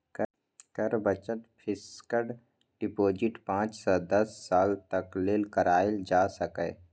कर बचत fixed deposit पांच सं दस साल तक लेल कराएल जा सकैए